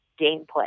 gameplay